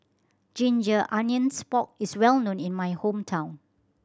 ginger onions pork is well known in my hometown